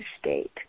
state